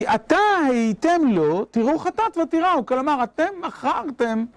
עַתָּה הֱיִיתֶם לוֹ תִּרְאוּ חֲתַת וַתִּירָאוּ., כלומר, אתם אחרתם.